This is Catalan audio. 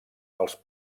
als